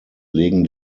legen